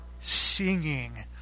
singing